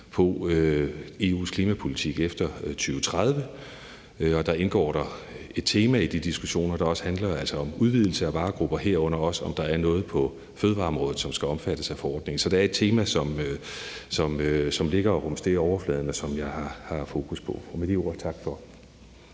om EU's klimapolitik efter 2030. Der indgår der i de diskussioner også et tema, der handler om en udvidelse af varergrupper, herunder også, om der er noget på fødevareområdet, som skal omfattes af forordningen. Så det er et tema, som ligger og rumsterer i overfladen, og som jeg har fokus på. Med de ord vil jeg